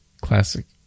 classic